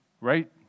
right